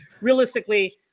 Realistically